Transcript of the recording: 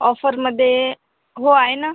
ऑफरमध्ये हो आहे ना